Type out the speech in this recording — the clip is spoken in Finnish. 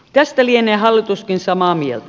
tästä lienee hallituskin samaa mieltä